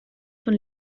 von